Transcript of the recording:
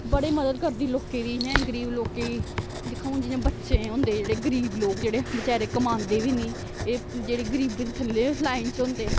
बड़ी मदद करदी लोकें दी इनें गरीब लोकें गी दिक्खां हून जियां बच्चे होंदे जेह्ड़े गरीब लोक जेह्ड़े बचारे कमांदे बी नी एह् जेह्ड़े गरीबी दे थल्ले लाइन च होंदे